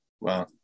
Wow